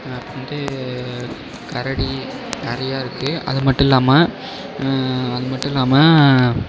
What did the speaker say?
அப்றம் வந்து கரடி நிறைய இருக்குது அது மட்டும் இல்லாமல் அது மட்டும் இல்லாமல்